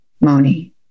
Moni